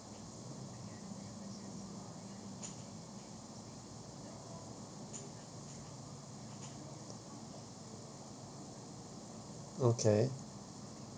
okay